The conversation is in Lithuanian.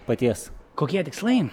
paties kokie tikslai